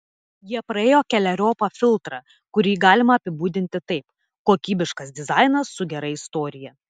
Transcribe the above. jie praėjo keleriopą filtrą kurį galima apibūdinti taip kokybiškas dizainas su gera istorija